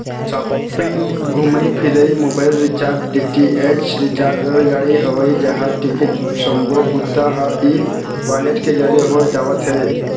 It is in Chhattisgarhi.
सॉपिंग, घूमई फिरई, मोबाईल रिचार्ज, डी.टी.एच रिचार्ज, रेलगाड़ी, हवई जहाज टिकट सब्बो बूता ह ई वॉलेट के जरिए हो जावत हे